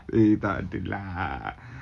eh takde lah